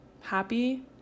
happy